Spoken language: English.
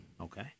Okay